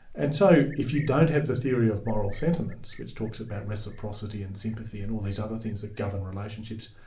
and so if you don't have the theory of moral sentiments, which talks about reciprocity and sympathy and all these other things that govern relationships,